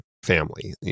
family